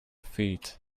feet